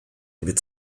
від